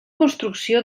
construcció